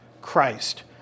Christ